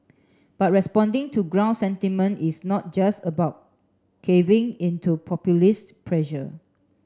but responding to ground sentiment is not just about caving into populist pressure